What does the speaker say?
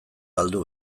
galdu